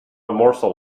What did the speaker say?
morsel